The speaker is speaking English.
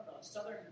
southern